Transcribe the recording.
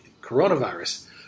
coronavirus